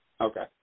Okay